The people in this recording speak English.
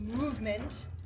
Movement